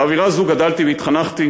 באווירה זו גדלתי והתחנכתי,